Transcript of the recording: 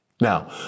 Now